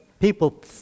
people